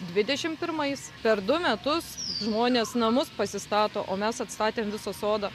dvidešimt pirmais per du metus žmonės namus pasistato o mes atstatėm visą sodą